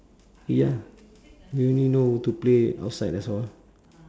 ya we only know to play outside that's all